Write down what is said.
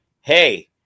Hey